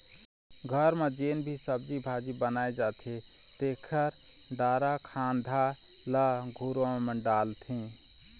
घर म जेन भी सब्जी भाजी बनाए जाथे तेखर डारा खांधा ल घुरूवा म डालथे